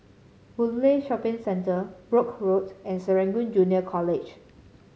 Boon Lay Shopping Centre Brooke Road and Serangoon Junior College